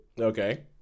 Okay